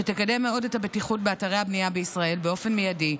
שתקדם מאוד את הבטיחות באתרי הבנייה בישראל באופן מיידי,